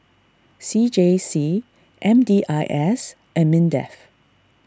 C J C M D I S and Mindef